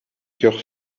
cœur